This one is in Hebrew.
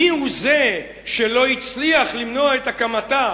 מי הוא זה שלא הצליח למנוע את הקמתה.